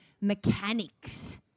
mechanics